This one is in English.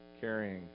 Carrying